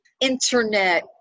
internet